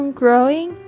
growing